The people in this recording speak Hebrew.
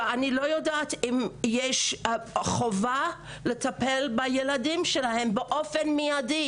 ואני לא יודעת אם יש חובה לטפל בילדים שלהן באופן מיידי.